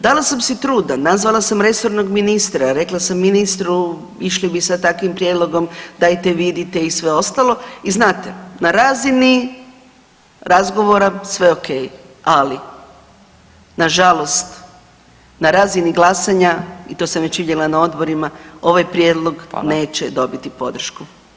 Dala sam si truda, nazvala sam resornog ministra, rekla sam ministru išli bi sa takvim prijedlogom dajte vidite i sve ostalo i znate na razini razgovora sve ok, ali nažalost na razini glasanja i to sam već vidjela na odborima ovaj prijedlog neće [[Upadica: Hvala.]] dobiti podršku.